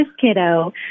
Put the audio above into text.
kiddo